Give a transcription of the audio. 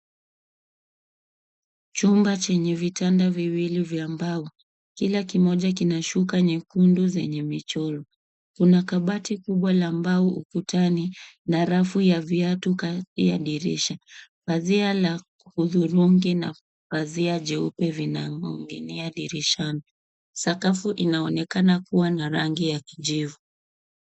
Chumba chenye vitanda viwili vya mbao. Kila kiimoja kina shuka nyekundu zenye michoro. Kuna kabati kubwa la mbao ukutani, na rafu ya viatu kati ya dirisha. Pazia la hudhurungi na pazia jeupe vinaning'inia dirishani. Sakafu inaonekana kuwa na rangi ya kijivu.